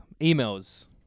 emails